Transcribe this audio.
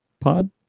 pod